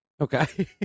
Okay